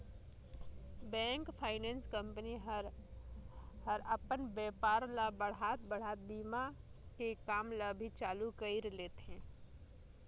bank, finance company ह हर अपन बेपार ल बढ़ात बढ़ात बीमा के काम ल भी चालू कइर देथे